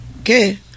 Okay